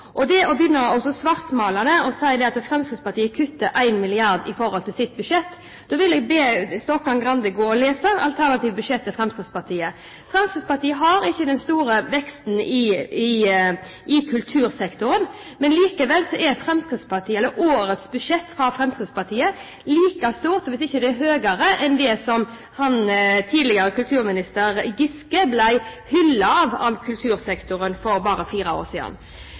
å svartmale og si at Fremskrittspartiet kutter 1 milliard kr i forhold til sitt budsjett. Da vil jeg be Stokkan-Grande gå og lese det alternative budsjettet til Fremskrittspartiet. Fremskrittspartiet har ikke den store veksten i kultursektoren. Likevel er årets budsjett fra Fremskrittspartiet like stort som – hvis ikke det er høyere enn – det som tidligere kulturminister Giske ble hyllet av kultursektoren for, for bare fire år siden.